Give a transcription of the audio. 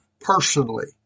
personally